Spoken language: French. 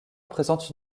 présente